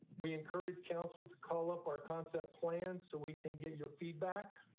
we encourage council to call up our concept plan so we can get your feedback.